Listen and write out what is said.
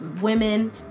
women